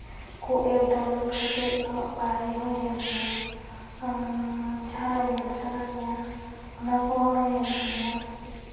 ᱱᱚᱣᱟ ᱠᱚ app download ᱠᱟᱛᱮ ᱟᱢᱟᱜ ᱯᱟᱲᱦᱟᱣ ᱦᱚᱭ ᱦᱮᱞᱯ ᱢᱮᱭᱟ ᱟᱢ ᱡᱟᱦᱟᱱᱟᱜ ᱧᱮᱞ ᱥᱟᱱᱟ ᱢᱮᱭᱟ ᱚᱱᱟ ᱠᱚᱦᱚᱸ ᱦᱮᱞᱯ ᱢᱮᱭᱟ